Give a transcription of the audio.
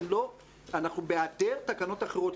אנחנו בהיעדר תקנות אחרות,